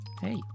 hey